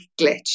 glitch